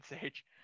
Sage